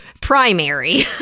primary